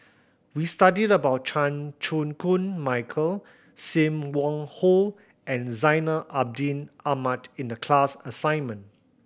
we studied about Chan Chew Koon Michael Sim Wong Hoo and Zainal Abidin Ahmad in the class assignment